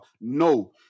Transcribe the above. No